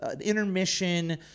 intermission